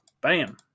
Bam